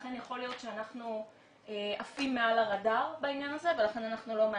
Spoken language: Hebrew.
לכן יכול להיות שאנחנו עפים מעל הרדאר בעניין הזה ולא מאתרים.